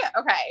okay